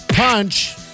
Punch